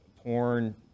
porn